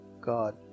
God